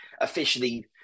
officially